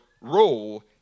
role